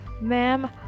ma'am